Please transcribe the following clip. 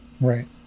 Right